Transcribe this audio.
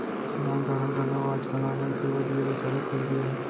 डाक घर ह घलौ आज काल ऑनलाइन सेवा दिये ल चालू कर दिये हे